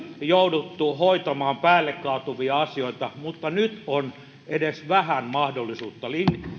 jouduttu hoitamaan päälle kaatuvia asioita mutta nyt on edes vähän mahdollisuutta